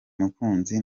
mukunzi